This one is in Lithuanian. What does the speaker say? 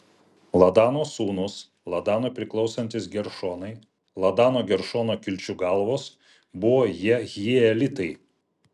ladano sūnūs ladanui priklausantys geršonai ladano geršono kilčių galvos buvo jehielitai